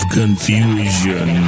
confusion